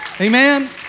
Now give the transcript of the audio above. Amen